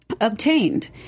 Obtained